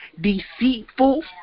deceitful